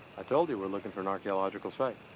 i told you, we're looking for an archaeological site.